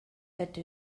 ate